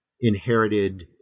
inherited